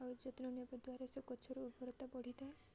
ଆଉ ଯତ୍ନ ନେବା ଦ୍ୱାରା ସେ ଗଛରୁ ଉର୍ବରତା ବଢ଼ିଥାଏ